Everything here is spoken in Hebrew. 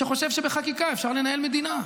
שחושב שבחקיקה אפשר לנהל מדינה.